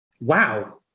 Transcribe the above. wow